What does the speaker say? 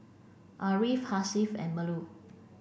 Ariff Hasif and Melur